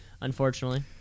unfortunately